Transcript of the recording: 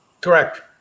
correct